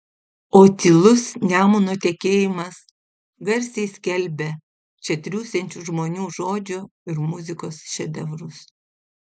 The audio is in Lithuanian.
o tylus nemuno tekėjimas garsiai skelbia čia triūsiančių žmonių žodžio ir muzikos šedevrus